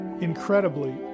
incredibly